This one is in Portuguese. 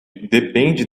depende